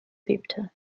bebte